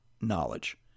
knowledge